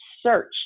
search